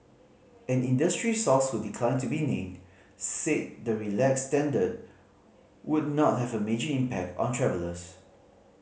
an industry source who declined to be named said the relaxed standard would not have a major impact on travellers